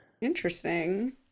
Interesting